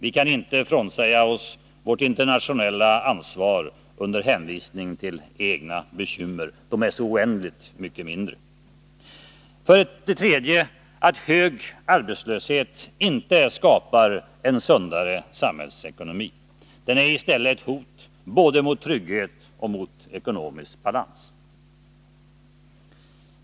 Vi kan inte frånsäga oss vårt internationella ansvar under hänvisning till egna bekymmer. De är så oändligt mycket mindre. För det tredje: Hög arbetslöshet skapar inte en sundare samhällsekonomi. Den är i stället ett hot mot både trygghet och ekonomisk balans.